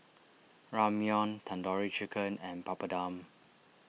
Ramyeon Tandoori Chicken and Papadum